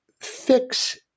fix